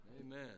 Amen